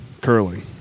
curling